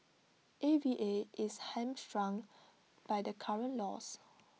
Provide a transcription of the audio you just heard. A V A is hamstrung by the current laws